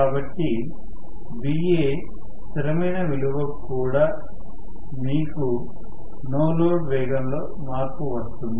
కాబట్టి Va స్థిరమైన విలువకు కూడా మీకు నో లోడ్ వేగంలో మార్పు వస్తుంది